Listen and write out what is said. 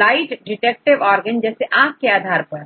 light detective organ जैसे आंख के आधार पर